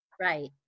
right